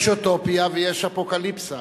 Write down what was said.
יש אוטופיה ויש אפוקליפסה,